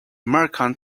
merchant